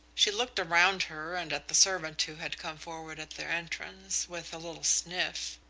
she looked around her and at the servant who had come forward at their entrance, with a little sniff.